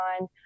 on